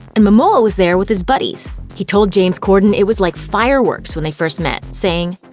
and momoa was there with his buddies. he told james corden it was like fireworks when they first met, saying,